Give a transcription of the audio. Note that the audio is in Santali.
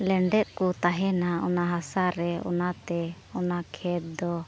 ᱞᱮᱸᱰᱮᱛ ᱠᱚ ᱛᱟᱦᱮᱱᱟ ᱚᱱᱟ ᱦᱟᱥᱟ ᱨᱮ ᱚᱱᱟᱛᱮ ᱚᱱᱟ ᱠᱷᱮᱛ ᱫᱚ